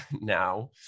now